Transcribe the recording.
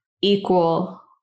equal